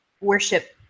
worship